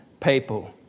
people